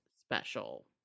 special